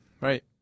Right